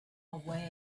away